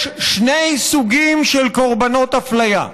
יש שני סוגים של קורבנות אפליה: